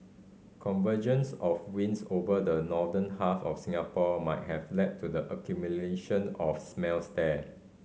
convergence of winds over the northern half of Singapore might have led to the accumulation of smells there